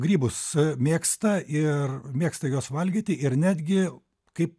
grybus mėgsta ir mėgsta juos valgyti ir netgi kaip